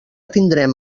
tindrem